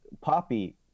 poppy